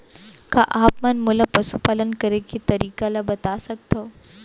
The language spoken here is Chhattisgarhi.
का आप मन मोला पशुपालन करे के तरीका ल बता सकथव?